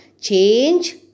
change